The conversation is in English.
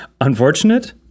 Unfortunate